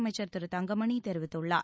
அமைச்சர் திரு தங்கமணி தெரிவித்துள்ளார்